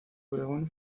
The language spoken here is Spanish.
obregón